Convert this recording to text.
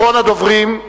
אחרון הדוברים,